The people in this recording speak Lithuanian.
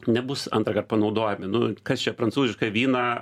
nebus antrąkart panaudojami nu kas čia prancūzišką vyną